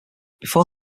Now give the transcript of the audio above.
before